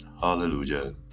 Hallelujah